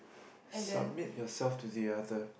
submit yourself to the other